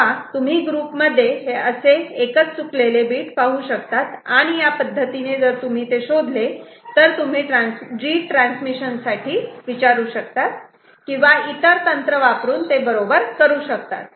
तेव्हा तुम्ही ग्रुपमध्ये हे असे एकच चुकलेले बीट पाहू शकतात आणि या पद्धतीने जर तुम्ही ते शोधले तर तुम्ही रीट्रान्समिशन साठी विचारू शकतात किंवा इतर तंत्र वापरून ते बरोबर करू शकतात